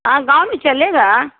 हाँ गाँव में चलेगा